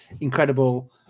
incredible